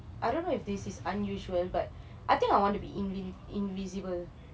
I don't know if this is unusual but I think I want to be invin~ invisible